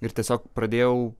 ir tiesiog pradėjau